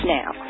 now